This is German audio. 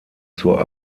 zur